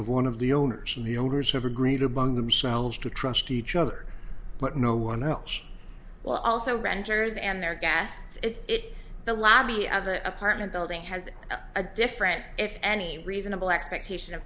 of one of the owners and the owners have agreed among themselves to trust each other but no one else well also renters and their guests it's the lobby of an apartment building has a different if any reasonable expectation of